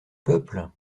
peuple